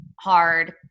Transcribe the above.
hard